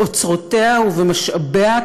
באוצרותיה ובמשאביה,